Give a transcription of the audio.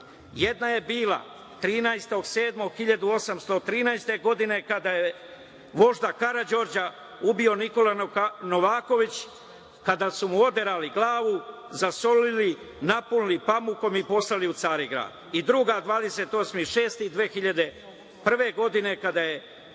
Jedna je bila 13.07.1813. godine, kada je vožda Karađorđa ubio Nikola Novaković, kada su mu oderali glavu, zasolili, napunili pamukom i poslali u Carigrad. I druga, 28.06.2001. godine, kada je